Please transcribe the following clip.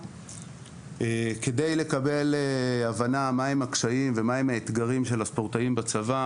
כדי לקבל הבנה מהם הקשיים של הספורטאים בצבא